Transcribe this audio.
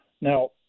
Now